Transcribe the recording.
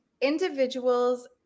Individuals